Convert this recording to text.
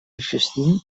existint